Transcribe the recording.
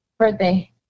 birthday